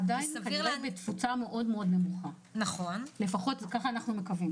עדיין התפוצה היא מאוד נמוכה, כך אנחנו מקווים.